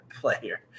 player